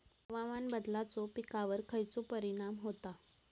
हवामान बदलाचो पिकावर खयचो परिणाम होता?